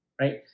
right